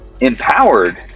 empowered